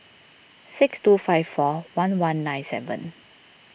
six two five four one one nine seven